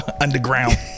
underground